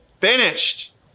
finished